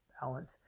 balance